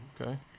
Okay